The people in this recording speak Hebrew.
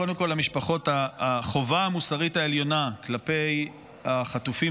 קודם כול למשפחות: החובה המוסרית העליונה כלפי החטופים